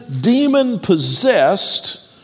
demon-possessed